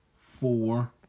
four